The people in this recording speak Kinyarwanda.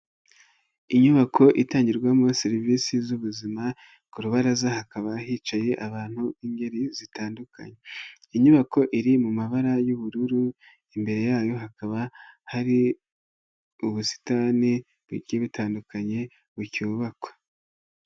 Inyubako itangirwamo serivisi z'ubuzima ku rubaraza hakaba hicaye abantu ingeri zitandukanye, iyi nyubako iri mu mabara y'ubururu, imbere yayo hakaba hari ubusitani bugiye butandukanye bucyubakwa.